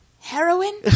Heroin